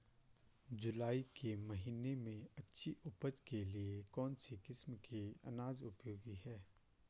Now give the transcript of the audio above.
जुलाई के महीने में अच्छी उपज के लिए कौन सी किस्म के अनाज उपयोगी हैं?